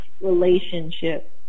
relationship